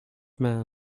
man